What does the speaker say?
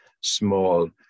small